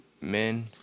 men